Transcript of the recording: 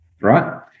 right